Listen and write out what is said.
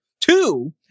Two